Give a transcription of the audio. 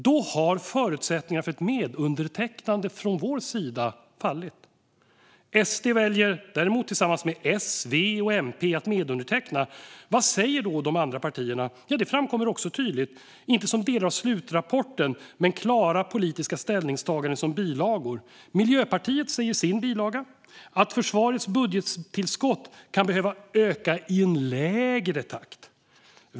Då har förutsättningarna för ett medundertecknande från vår sida fallit. SD väljer däremot att tillsammans med S, V och MP medunderteckna. Vad säger då de andra partierna? Ja, det framkommer också tydligt, men inte som delar av slutrapporten utan i form av klara politiska ställningstaganden i bilagor. Miljöpartiet säger i sin bilaga att försvarets budgettillskott kan behöva öka i en lägre takt.